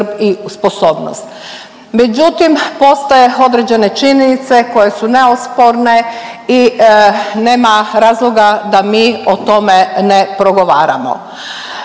međutim postoje određene činjenice koje su neosporne i nema razloga da mi o tome ne progovaramo.